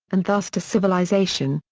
and thus to civilization,